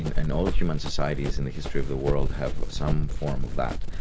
in and all human societies in the history of the world have some form of that,